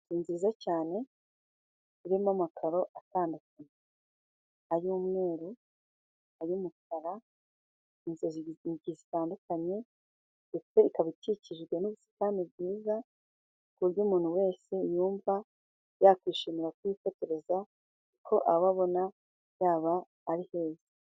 Inzu nziza cyane irimo amakaro atandukanye ay'umweru, ay'umukara inzugi zitandukanye ndetse ikaba ikikijwe n'ubusitani bwiza ku buryo umuntu wese yumva yakwishimira kuhifotoreza ko aba abona yaba ari heza.